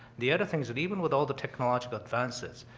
the other thing is that even with all the technological advances,